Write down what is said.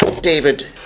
David